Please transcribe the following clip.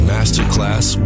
Masterclass